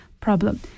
problem